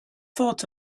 thought